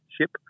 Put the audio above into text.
ship